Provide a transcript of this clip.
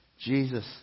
Jesus